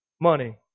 money